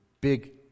big